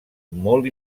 molt